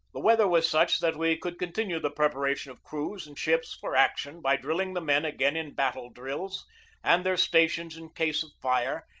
the weather was such that we could continue the preparation of crews and ships for action by drilling the men again in battle drills and their stations in case of fire,